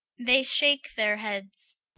they shake their heads.